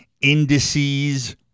indices